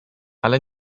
ale